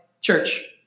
church